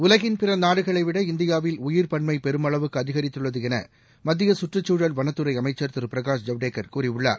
உலகின் பிற நாடுகளைவிட இந்தியாவில் உயிர்ப் பன்மை பெருமளவுக்கு அதிகரித்துள்ளது என மத்திய சுற்றுச்சூழல் வனத்துறை அமைச்சர் திரு பிரகாஷ் ஜவடேகர் கூறியுள்ளார்